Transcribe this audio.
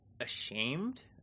ashamed